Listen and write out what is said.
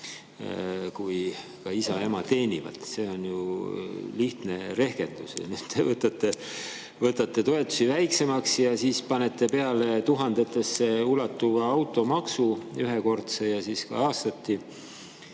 kui ka isa ja ema teenivad. See on ju lihtne rehkendus. Võtate toetusi vähemaks ja panete peale tuhandetesse ulatuva automaksu – ühekordse ja siis ka aastati